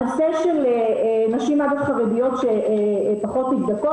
הנושא של נשים חרדיות שפחות נבדקות,